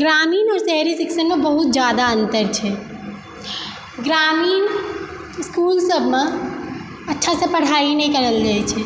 ग्रामीण आओर शहरी शिक्षणमे बहुत जादा अन्तर छै ग्रामीण इसकुल सबमे अच्छा सँ पढ़ाइ नहि कराओल जाइ छै